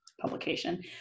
publication